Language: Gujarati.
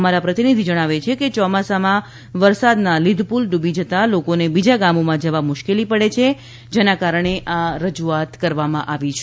અમારા પ્રતિનિધિ જણાવે છે કે ચોમાસામાં વરસાદના લીધપુલ ડૂબી જતાં લોકોને બીજા ગામોમાં જવા મુશ્કેલી પડે છે જેના કારણે આ રજૂઆત કરવામાં આવી છે